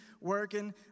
working